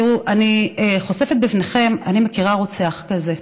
תראו, אני חושפת בפניכם: אני מכירה רוצח כזה.